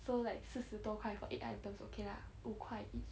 so like 四十多块 for eight items okay lah 五块 each